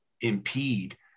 impede